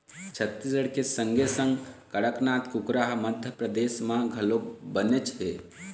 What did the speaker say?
छत्तीसगढ़ के संगे संग कड़कनाथ कुकरा ह मध्यपरदेस म घलोक बनेच हे